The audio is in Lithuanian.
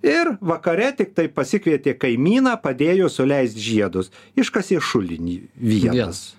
ir vakare tiktai pasikvietė kaimyną padėjo suleis žiedus iškasė šulinį vienas